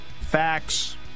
facts